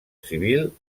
civil